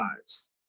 lives